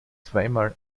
zweimal